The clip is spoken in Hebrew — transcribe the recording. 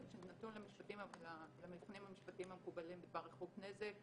שנתון למבחנים המשפטיים המקובלים בדבר ריחוק הנזק,